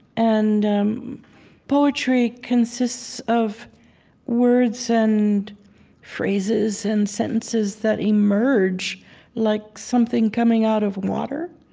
and um poetry consists of words and phrases and sentences that emerge like something coming out of water.